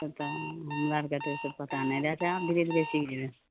तऽ हमरा आरके तऽ ईसब पता नहि रहै छै अच्छा आब धीरे धीरे सीख जेबै